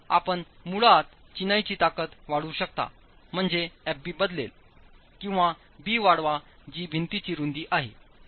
तर आपणमुळात चिनाईची ताकद वाढवूशकताम्हणजे Fb बदलेल किंवा b वाढवा जी भिंतीची रुंदी आहे